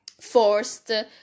forced